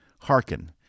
Hearken